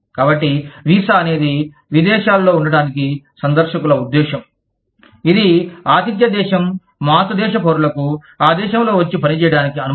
కాబట్టి వీసా అనేది విదేశాలలో ఉండటానికి సందర్శకుల ఉద్దేశం ఇది ఆతిథ్య దేశం మాతృ దేశ పౌరులకు ఆ దేశంలో వచ్చి పనిచేయడానికి అనుమతి